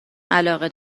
علاقه